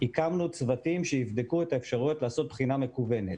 הקמנו צוותים שיבדקו את האפשרויות לעשות בחינה מקוונת.